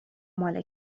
مال